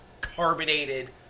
carbonated